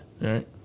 Right